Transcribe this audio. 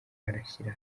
arashyira